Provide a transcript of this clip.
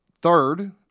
third